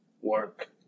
work